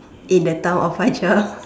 in the town of fajar